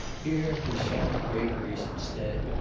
here were soft draperies instead,